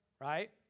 Right